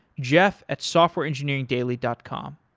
jeff at softwareengineeringdaily dot com.